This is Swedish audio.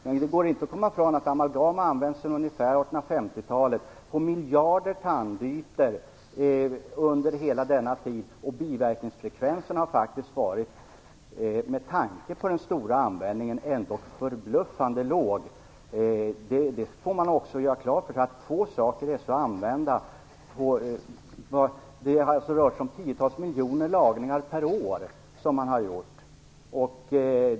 Men det går inte att komma ifrån att amalgamet har använts sedan 1950-talet på miljarder tandytor. Biverkningsfrekvensen har faktiskt varit, med tanke på den omfattande användningen, ändå förbluffande låg. Det får man göra klart. Få saker är så använda som amalgamet. Det har rört sig om tiotals miljoner lagningar per år.